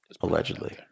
Allegedly